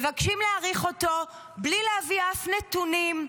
מבקשים להאריך אותו בלי להביא אף נתון,